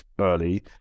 early